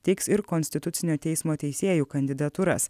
tiks ir konstitucinio teismo teisėjų kandidatūras